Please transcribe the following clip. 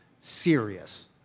serious